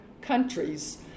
countries